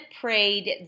prayed